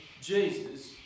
Jesus